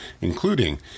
including